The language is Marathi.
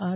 आर